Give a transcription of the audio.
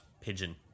pigeon